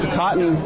cotton